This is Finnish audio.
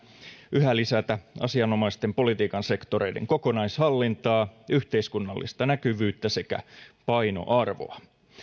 yhä lisätä asianomaisten politiikan sektoreiden kokonaishallintaa ja yhteiskunnallista näkyvyyttä sekä painoarvoa